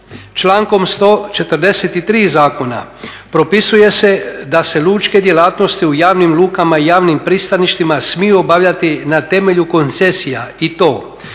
člankom 143. zakona propisuje se da se lučke djelatnosti u javnim lukama i javnim pristaništima smiju obavljati na temelju koncesija i to